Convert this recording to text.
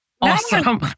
awesome